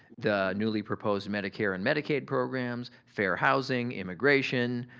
the newly proposed medicare and medicaid programs, fair housing, immigration,